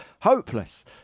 hopeless